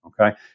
Okay